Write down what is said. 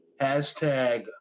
hashtag